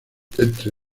entre